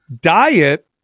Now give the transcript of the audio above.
Diet